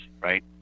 right